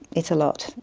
it's a lot.